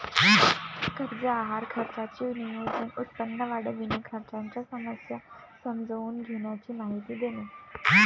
कर्ज आहार खर्चाचे नियोजन, उत्पन्न वाढविणे, खर्चाच्या समस्या समजून घेण्याची माहिती देणे